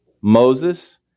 Moses